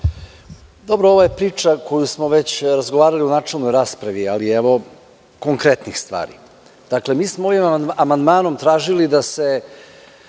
Ovo je priča o kojoj smo već razgovarali u načelnoj raspravi, ali konkretnih stvari. Dakle, mi smo ovim amandmanom tražili da se